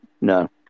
no